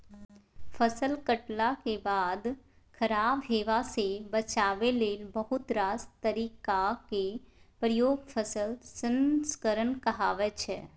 फसल कटलाक बाद खराब हेबासँ बचाबै लेल बहुत रास तरीकाक प्रयोग फसल संस्करण कहाबै छै